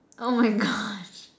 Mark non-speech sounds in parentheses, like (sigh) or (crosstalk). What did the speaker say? oh my gosh (laughs)